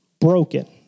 broken